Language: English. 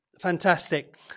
Fantastic